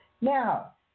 Now